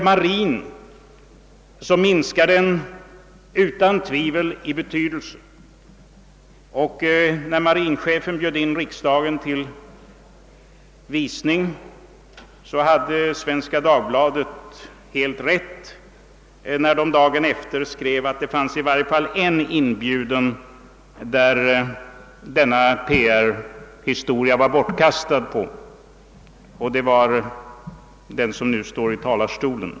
Marinen minskar utan tvivel i betydelse. När marinchefen bjöd in riksdagen till visning hade Svenska Dagbladet helt rätt när denna tidning dagen efteråt skrev att denna PR-historia var bortkastad på i varje fall en av de inbjudna — den person som nu står här i talarstolen.